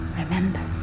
remember